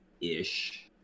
ish